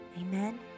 Amen